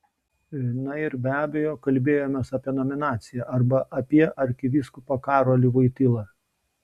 na ir be abejo kalbėjomės apie nominaciją arba apie arkivyskupą karolį voitylą